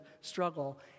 struggle